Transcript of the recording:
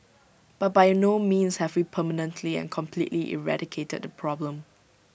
but by no means have we permanently and completely eradicated the problem